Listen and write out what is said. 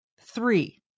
three